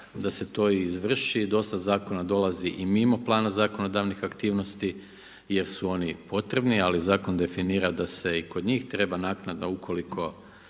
da se to i izvrši. Dosta zakona dolazi i mimo plana zakonodavnih aktivnosti jer su oni potrebni, ali zakon definira da se i kod njih treba naknadno ukoliko